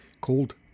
called